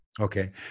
Okay